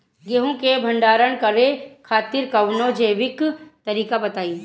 गेहूँ क भंडारण करे खातिर कवनो जैविक तरीका बताईं?